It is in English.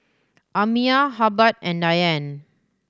Amiyah Hubbard and Dianne